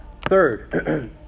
Third